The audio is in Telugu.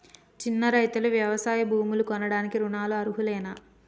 చిన్న రైతులు వ్యవసాయ భూములు కొనడానికి రుణాలకు అర్హులేనా?